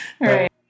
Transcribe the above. right